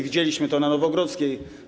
Widzieliśmy to na Nowogrodzkiej.